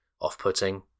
off-putting